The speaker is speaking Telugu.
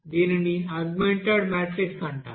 దీనిని ఆగ్మెంటెడ్ మ్యాట్రిక్స్ అంటారు